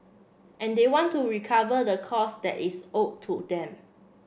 and they want to recover the cost that is owed to them